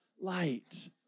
Light